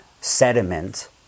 sediment